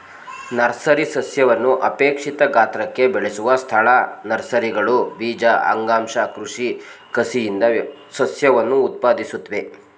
nursery ಸಸ್ಯವನ್ನು ಅಪೇಕ್ಷಿತ ಗಾತ್ರಕ್ಕೆ ಬೆಳೆಸುವ ಸ್ಥಳ ನರ್ಸರಿಗಳು ಬೀಜ ಅಂಗಾಂಶ ಕೃಷಿ ಕಸಿಯಿಂದ ಸಸ್ಯವನ್ನು ಉತ್ಪಾದಿಸುತ್ವೆ